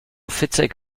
fitzek